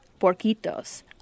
porquitos